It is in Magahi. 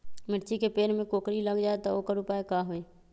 मिर्ची के पेड़ में कोकरी लग जाये त वोकर उपाय का होई?